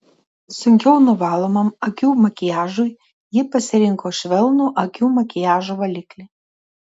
sunkiau nuvalomam akių makiažui ji pasirinko švelnų akių makiažo valiklį